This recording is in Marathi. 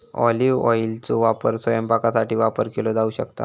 ऑलिव्ह ऑइलचो वापर स्वयंपाकासाठी वापर केलो जाऊ शकता